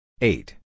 Eight